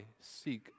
seek